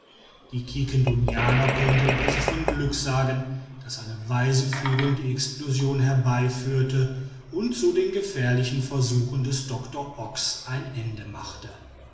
die quiquendonianer konnten also von glück sagen daß eine weise fügung die explosion herbeiführte und so den gefährlichen versuchen des doctor ox ein ende machte